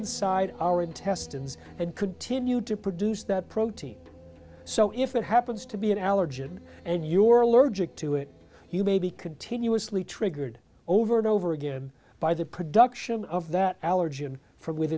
inside our intestines and could to new to produce that protein so if it happens to be an allergen and you are allergic to it you may be continuously triggered over and over again by the production of that allergen from with